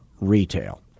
retail